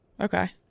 Okay